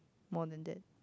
more than that